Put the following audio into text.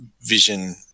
vision